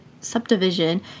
subdivision